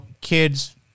kids